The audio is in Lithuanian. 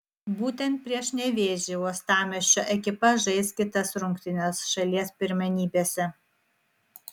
būtent prieš nevėžį uostamiesčio ekipa žais kitas rungtynes šalies pirmenybėse